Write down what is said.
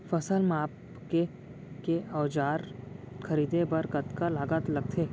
फसल मापके के औज़ार खरीदे बर कतका लागत लगथे?